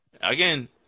again